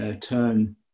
turn